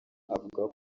avuga